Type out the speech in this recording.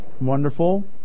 Wonderful